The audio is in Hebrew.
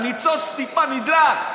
הניצוץ טיפה נדלק.